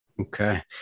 Okay